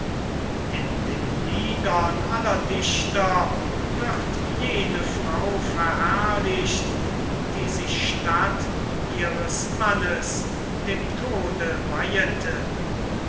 in den liedern aller wird jene frau verherrlicht die sich statt ihres mannes dem tode weihete